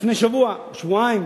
לפני שבועיים: